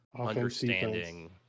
understanding